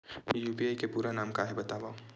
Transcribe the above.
UPI के पूरा नाम का हे बतावव?